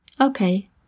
Okay